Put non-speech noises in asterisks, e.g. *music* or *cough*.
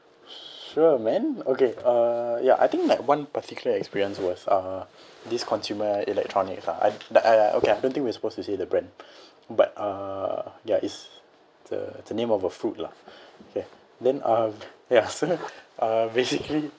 sure man okay uh ya I think like one particular experience was uh this consumer electronics lah I that I okay I don't think we're supposed to say the brand *breath* but uh ya is the name of a fruit lah *breath* okay then uh ya so uh basically